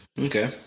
Okay